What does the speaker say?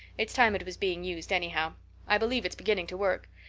it's time it was being used anyhow i believe it's beginning to work.